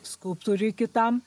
skulptoriui kitam